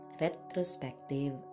retrospective